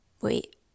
wait